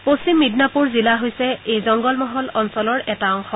পশ্চিম মিদনাপুৰ জিলা হৈছে এই জংগলমহল অঞ্চলৰ এটা অংশ